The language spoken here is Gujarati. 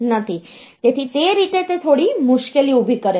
તેથી તે રીતે તે થોડી મુશ્કેલી ઊભી કરે છે